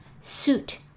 suit